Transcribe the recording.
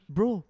Bro